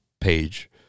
page